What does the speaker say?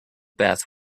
bath